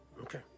okay